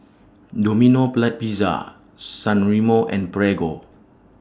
Domino Plat Pizza San Remo and Prego